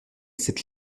cette